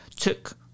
took